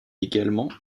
également